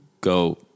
go